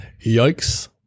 yikes